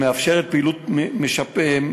שמאפשרת פעילות משופרת,